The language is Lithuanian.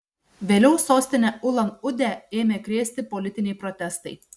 vėliau sostinę ulan udę ėmė krėsti politiniai protestai